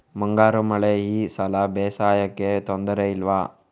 ಮುಂಗಾರು ಮಳೆ ಈ ಸಲ ಬೇಸಾಯಕ್ಕೆ ತೊಂದರೆ ಇಲ್ವ?